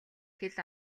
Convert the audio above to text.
хэл